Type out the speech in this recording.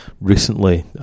recently